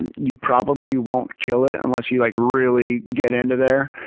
and you probably won't kill it unless you, like, really get into there.